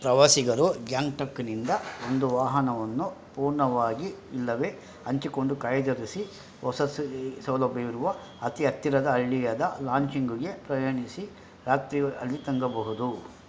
ಪ್ರವಾಸಿಗರು ಗ್ಯಾಂಗ್ಟಕ್ನಿಂದ ಒಂದು ವಾಹನವನ್ನು ಪೂರ್ಣವಾಗಿ ಇಲ್ಲವೇ ಹಂಚಿಕೊಂಡು ಕಾಯ್ದಿರಿಸಿ ವಸತಿ ಸೌಲಭ್ಯವಿರುವ ಅತಿ ಹತ್ತಿರದ ಹಳ್ಳಿಯಾದ ಲಾಚುಂಗಿಗೆ ಪ್ರಯಾಣಿಸಿ ರಾತ್ರಿ ಅಲ್ಲಿ ತಂಗಬಹುದು